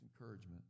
encouragement